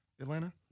atlanta